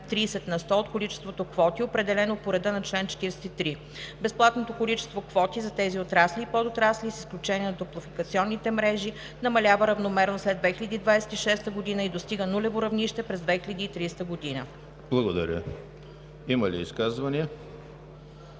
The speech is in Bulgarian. Благодаря. Има ли изказвания?